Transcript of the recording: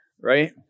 right